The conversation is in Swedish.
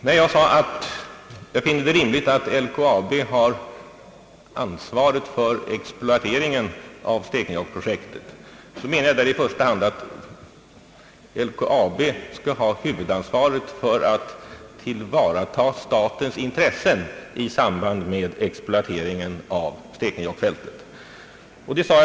När jag sade att jag finner det rimligt att LKAB har ansvaret för stekenjokkprojektet menade jag i första hand att LKAB skall ha huvudansvaret för att tillvarata statens intressen i samband med exploatering av Stekenjokkfältet.